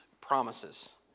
promises